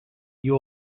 you